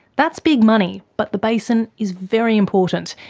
that's big money, but the basin is very important.